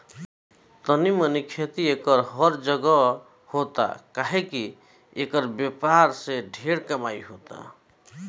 तनी मनी खेती एकर हर जगह होता काहे की एकर व्यापार से ढेरे कमाई होता